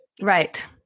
right